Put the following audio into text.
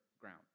ground